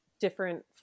different